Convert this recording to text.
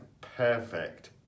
perfect